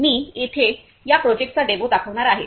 तर मी येथे या प्रोजेक्टचा डेमो दाखवार आहे